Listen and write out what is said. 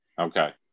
Okay